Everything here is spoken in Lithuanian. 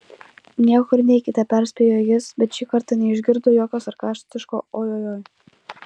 niekur neikite perspėjo jis bet šį kartą neišgirdo jokio sarkastiško ojojoi